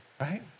right